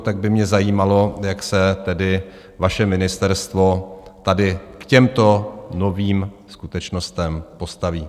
Tak by mě zajímalo, jak se vaše ministerstvo tady k těmto novým skutečnostem postaví?